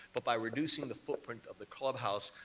but by reducing the footprint of the clubhouse,